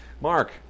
Mark